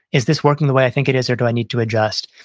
is this working the way i think it is or do i need to adjust?